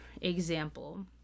example